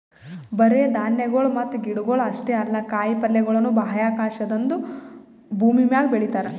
ಬರೇ ಧಾನ್ಯಗೊಳ್ ಮತ್ತ ಗಿಡಗೊಳ್ ಅಷ್ಟೇ ಅಲ್ಲಾ ಕಾಯಿ ಪಲ್ಯಗೊಳನು ಬಾಹ್ಯಾಕಾಶದಾಂದು ಭೂಮಿಮ್ಯಾಗ ಬೆಳಿತಾರ್